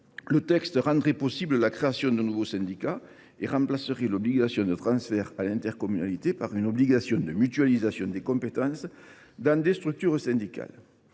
le texte rendrait possible la création de nouveaux syndicats et remplacerait l’obligation de transfert à l’intercommunalité par une obligation de mutualisation des compétences dans des structures syndicales.